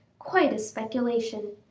quite a speculation!